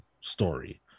story